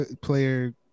player